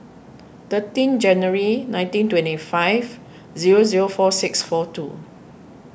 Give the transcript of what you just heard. thirteen January nineteen twenty five zero zero four six four two